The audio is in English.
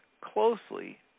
closely